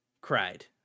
cried